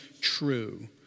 true